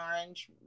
orange